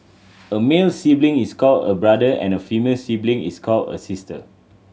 a male sibling is called a brother and a female sibling is called a sister